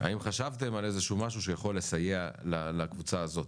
האם חשבתם על איזה שהוא משהו שיכול לסייע לקבוצה הזאת,